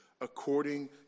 according